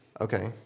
Okay